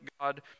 God